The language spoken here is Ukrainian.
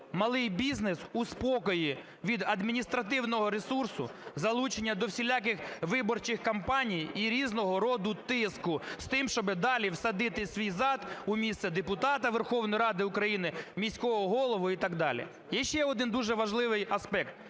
малий бізнес у спокої від адміністративного ресурсу, залучення до всіляких виборчих кампаній і різного роду тиску з тим, щоб далі всадити свій зад у місце депутата Верховної Ради України, міського голови і так далі. Є ще один дуже важливий аспект